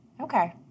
Okay